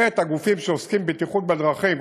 את הגופים שעוסקים בבטיחות בדרכים,